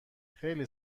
خیلی